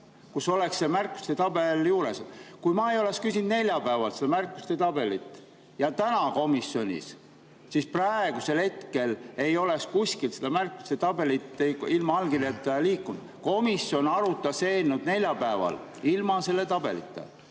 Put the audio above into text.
et oleks see märkuste tabel juures. Kui ma ei oleks küsinud neljapäeval seda märkuste tabelit – ja ka täna – komisjonis, siis praegusel hetkel ei oleks kuskil see märkuste tabel ilma allkirjadeta liikunud. Komisjon arutas eelnõu neljapäeval ilma selle tabelita.